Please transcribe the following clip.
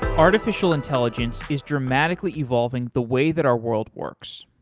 artificial intelligence is dramatically evolving the way that our world works,